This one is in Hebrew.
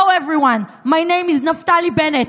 Hello everyone, My name is Naftali Bennett.